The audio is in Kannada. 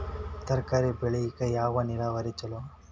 ತರಕಾರಿ ಬೆಳಿಲಿಕ್ಕ ಯಾವ ನೇರಾವರಿ ಛಲೋ?